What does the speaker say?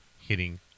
hitting